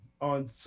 on